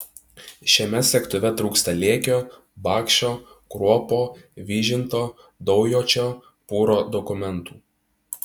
šiame segtuve trūksta liekio bakšo kruopo vyžinto daujočio pūro dokumentų